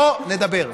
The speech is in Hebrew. בואו נדבר.